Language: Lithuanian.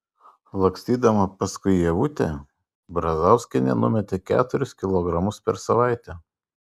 lakstydama paskui ievutę brazauskienė numetė keturis kilogramus per savaitę